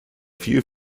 few